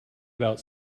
about